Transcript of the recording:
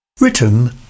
Written